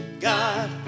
God